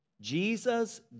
Jesus